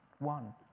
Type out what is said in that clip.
one